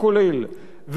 עמיתי חברי הכנסת,